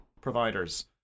providers